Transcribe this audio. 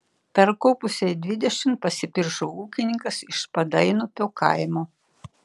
perkopusiai dvidešimt pasipiršo ūkininkas iš padainupio kaimo